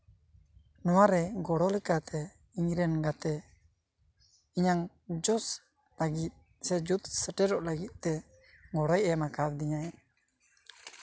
ᱱᱚᱣᱟᱨᱮ ᱜᱚᱲᱚ ᱞᱮᱠᱟᱛᱮ ᱤᱧ ᱨᱮᱱ ᱜᱟᱛᱮ ᱤᱧᱟᱹᱜ ᱡᱚᱥ ᱞᱟᱹᱜᱤᱫ ᱥᱮ ᱡᱩᱛ ᱥᱮᱴᱮᱨᱚᱜ ᱞᱟᱹᱜᱤᱫ ᱛᱮ ᱜᱚᱲᱚᱭ ᱮᱢ ᱠᱟᱣᱫᱤᱧᱟᱭ